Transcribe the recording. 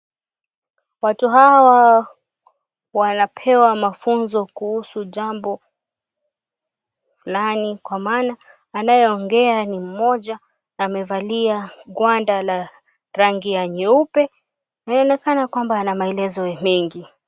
Watu hawa wanapewa mafunzo kuhusu jambo fulani kwa maana anayeongea ni mmoja na amevalia gwanda la rangi nyeupe na anaonekana kwamba ana maelezo mengi.